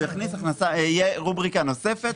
תהיה רובריקה נוספת,